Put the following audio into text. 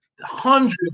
hundreds